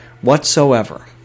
whatsoever